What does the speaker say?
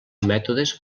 mètodes